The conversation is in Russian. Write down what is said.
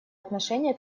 отношения